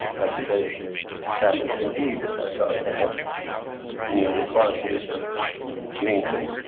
i'd be very flattered indeed if i thought i had any of the qualities of lincon.